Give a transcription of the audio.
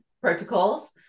protocols